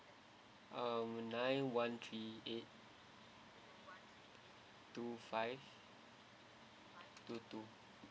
um nine one three eight two five two two